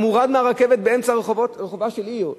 אתה מורד מהרכבת באמצע רחובה של עיר.